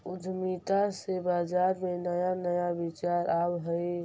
उद्यमिता से बाजार में नया नया विचार आवऽ हइ